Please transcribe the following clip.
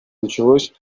началось